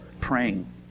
praying